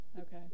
Okay